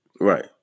Right